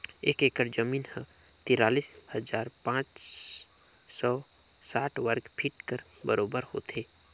एक एकड़ जमीन ह तिरालीस हजार पाँच सव साठ वर्ग फीट कर बरोबर होथे